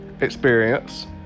experience